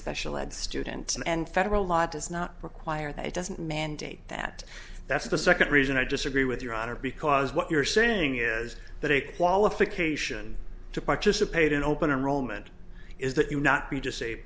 special ed students and federal law does not require that it doesn't mandate that that's the second reason i disagree with your honor because what you're saying is that a qualification to participate in open enrollment is that you would not be just say